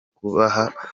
kubaha